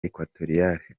equatoriale